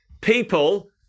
people